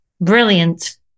brilliant